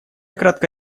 кратко